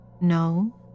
No